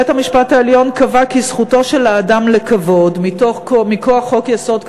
בית-המשפט העליון קבע כי זכותו של האדם לכבוד מכוח חוק-יסוד: